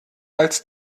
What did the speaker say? als